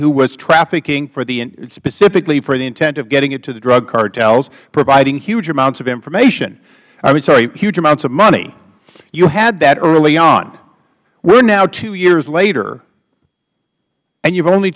who was trafficking specifically for the intent of getting it to the drug cartels providing huge amounts of information i'm sorry huge amounts of money you had that early on we're now two years later and you've only